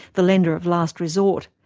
the lender of last resort.